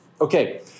Okay